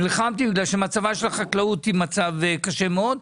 נלחמתי כי מצבה של החקלאות הוא קשה מאוד,